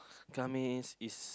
Khamis is